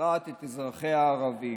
ובפרט את אזרחיה הערבים.